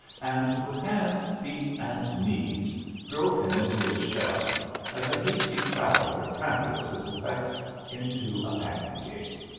and with hands, feet, and knees drove him into his shell as a hasty traveller tramples his effects into a packing-case.